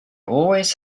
always